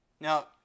Now